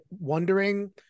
wondering